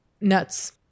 nuts